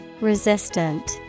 Resistant